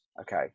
Okay